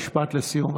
משפט לסיום,